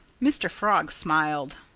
mr. frog smiled.